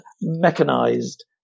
mechanized